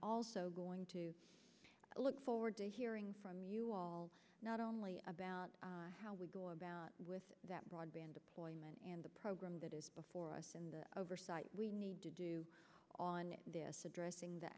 also going to look forward to hearing from you all not only about how we go about with that broadband deployment and the program that is before us and the oversight we need to do on this addressing the